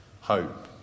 hope